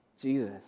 Jesus